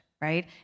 Right